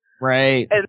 Right